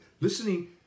listening